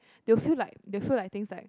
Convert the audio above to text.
they'll feel like they'll feel like things like